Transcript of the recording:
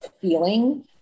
feeling